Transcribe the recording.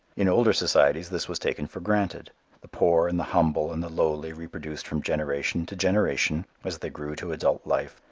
in older societies this was taken for granted the poor and the humble and the lowly reproduced from generation to generation, as they grew to adult life,